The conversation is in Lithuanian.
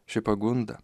ši pagunda